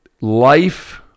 life